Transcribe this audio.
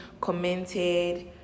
commented